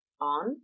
on